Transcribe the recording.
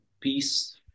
peace